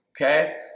okay